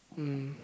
mmhmm